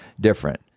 different